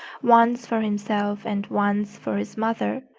once for himself, and once for his mother,